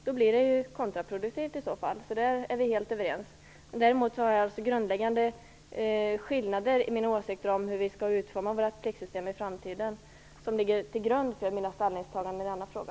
Då blir det kontraproduktivt. Där är vi helt överens. Däremot finns det alltså grundläggande skillnader mellan våra åsikter om hur pliktsystemet skall utformas i framtiden. Det är det som ligger till grund för mina ställningstaganden i denna fråga.